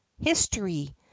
history